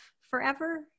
forever